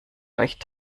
euch